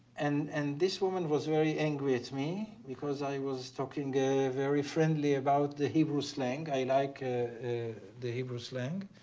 and and this woman was very angry at me because i was talking very friendly about the hebrew slang. i like ah ah the hebrew slang.